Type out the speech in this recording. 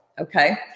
Okay